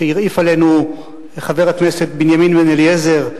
שהרעיף עלינו חבר הכנסת בנימין בן-אליעזר,